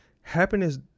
happiness